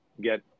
get